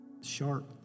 sharp